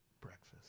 breakfast